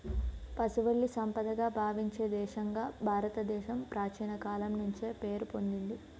పశువుల్ని సంపదగా భావించే దేశంగా భారతదేశం ప్రాచీన కాలం నుంచే పేరు పొందింది